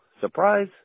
Surprise